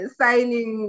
signing